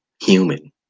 human